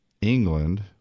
England